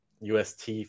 UST